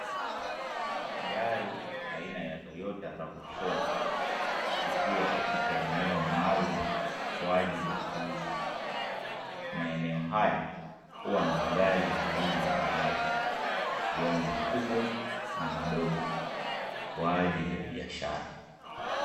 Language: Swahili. Gari aina ya " TOYOTA RAV4", likiwa katika eneo maalumu kwaajili ya kuuzwa, maeneo haya huwa na magari ya aina mbalimbali ikiwemo makubwa na madogo, kwaajili ya biashara.